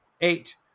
Eight